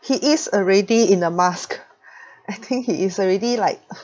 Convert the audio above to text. he is already in a mask I think he is already like